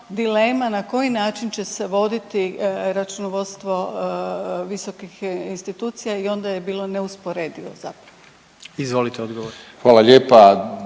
na koji način će se voditi računovodstvo visokih institucija i onda je bilo neusporedivo zapravo. **Jandroković, Gordan